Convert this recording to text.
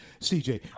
CJ